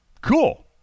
Cool